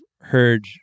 heard